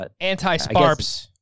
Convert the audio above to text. Anti-sparps